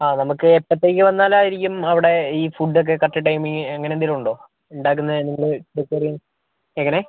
ആ നമ്മൾക്ക് എപ്പോഴത്തേക്ക് വന്നാലായിരിക്കും അവിടെ ഈ ഫുഡ് ഒക്കെ കറക്റ്റ് ടൈമിംഗ് അങ്ങനെ എന്തേലും ഉണ്ടോ ഉണ്ടാക്കുന്ന നമ്മൾ പ്രിപ്പേറ് ചെയ്യാൻ എങ്ങനെ